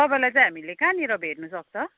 तपाईँलाई चाहिँ हामीले कहाँनिर भेट्नुसक्छ